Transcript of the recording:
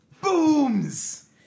booms